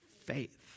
Faith